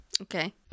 Okay